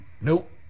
Nope